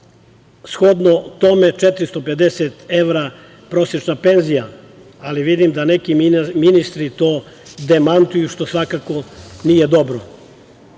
shodno tome, 450 evra prosečna penzija, ali vidim da neki ministri to demantuju, što svakako nije dobro. Kao